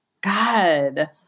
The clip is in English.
God